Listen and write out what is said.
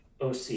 OC